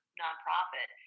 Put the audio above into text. nonprofit